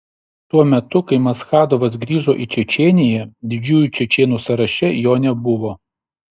tuo metu kai maschadovas grįžo į čečėniją didžiųjų čečėnų sąraše jo nebuvo